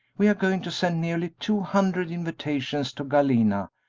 we are going to send nearly two hundred invitations to galena,